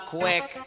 quick